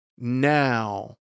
Now